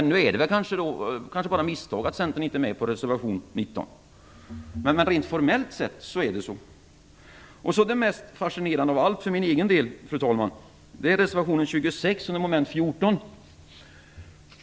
Det är kanske bara ett misstag att Centern inte är med på reservation 19, men rent formellt sett är det så. Det jag för min egen del tycker är mest fascinerande av allt, fru talman, är reservation 26 under mom. 14.